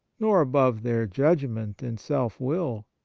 nor above their judgment and self will,